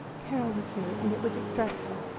carol would hear it, and it would distress her,